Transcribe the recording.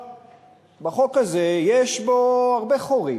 החוק הזה, יש בו הרבה חורים.